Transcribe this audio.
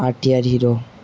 R T R hero